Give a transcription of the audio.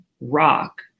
rock